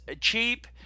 cheap